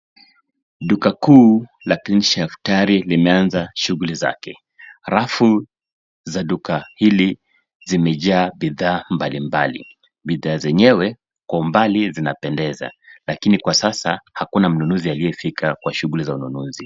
Duka kuu la cleanshelf tayari limeanza shuguli zake. Rafu za duka hili zimejaa bidhaa mbalimbali. Bidhaa zenyewe kwa umbali zinapendeza, lakini kwa sasa hakuna mnunuzi aliyefika kwa shuguli za ununuzi.